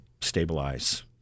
stabilize